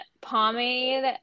pomade